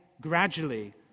gradually